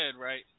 right